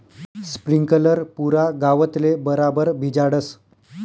sprinkler पुरा गावतले बराबर भिजाडस